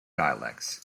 dialects